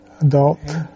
Adult